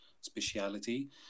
speciality